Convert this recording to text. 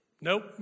Nope